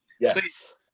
Yes